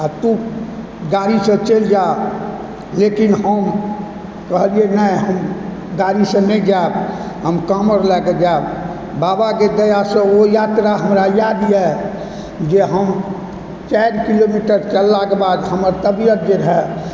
तू गाड़ीसँ चलि जा लेकिन हम कहलियै नहि गाड़ीसँ नहि जायब हम काँवर लए कऽ जाइब बाबाकेँ दयासँ ओ यात्रा हमरा याद यऽ जे हम चारि किलोमीटर तक चललाके बाद हमर तबियत जे रहै